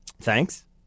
Thanks